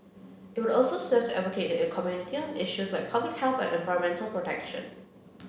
it will also serve to advocate the community on issues like public health and environmental protection